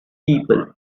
people